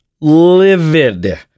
Livid